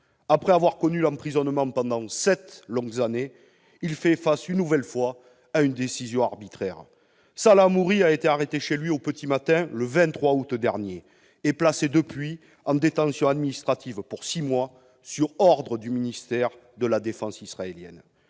Après avoir connu l'emprisonnement pendant sept longues années, il fait face, une nouvelle fois, à une décision arbitraire. Salah Hamouri a été arrêté chez lui au petit matin le 23 août dernier et placé en détention administrative pour six mois sur ordre du ministère de la défense israélien.